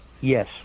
Yes